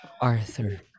Arthur